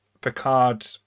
picard